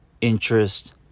interest